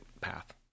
path